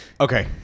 okay